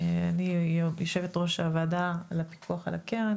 אני יושבת-ראש הוועדה לפיקוח על הקרן,